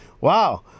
Wow